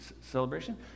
celebration